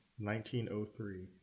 1903